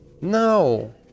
No